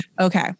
Okay